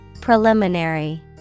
Preliminary